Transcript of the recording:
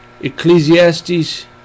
Ecclesiastes